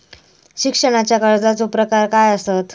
शिक्षणाच्या कर्जाचो प्रकार काय आसत?